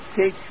take